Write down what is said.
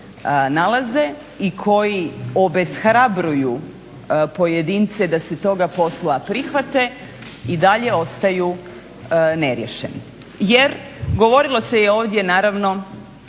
i koji obeshrabruju pojedince da se toga posla prihvate i dalje ostaju neriješeni. Jer govorilo se ovdje naravno